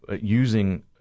using